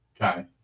Okay